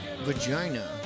Vagina